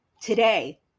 today